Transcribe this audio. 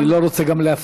אני גם לא רוצה להפריע,